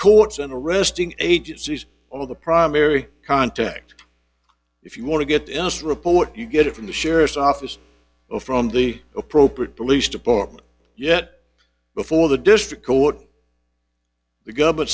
courts and arresting agencies all the primary contact if you want to get enough report you get it from the sheriff's office or from the appropriate police department yet before the district court the government